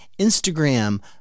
Instagram